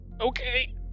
Okay